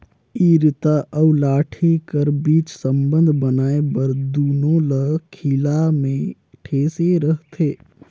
इरता अउ लाठी कर बीच संबंध बनाए बर दूनो ल खीला मे ठेसे रहथे